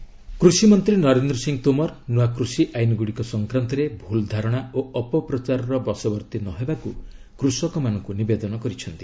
Tomar farmers କୃଷିମନ୍ତ୍ରୀ ନରେନ୍ଦ୍ର ସିଂହ ତୋମର ନୂଆ କୃଷି ଆଇନଗୁଡ଼ିକ ସଂକ୍ରାନ୍ତରେ ଭୁଲ୍ ଧାରଣା ଓ ଅପପ୍ରଚାରର ବଶବର୍ତ୍ତୀ ନ ହେବାକୁ କୃଷକମାନଙ୍କୁ ନିବେଦନ କରିଛନ୍ତି